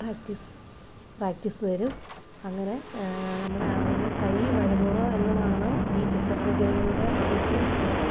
practice practice തരും അങ്ങനെ നമ്മുടെ ആദ്യമേ കൈ വഴങ്ങുക എന്നതാണ് ഈ ചിത്രരചനയുടെ ആദ്യത്തെ സ്റ്റെപ്പ്